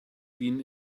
been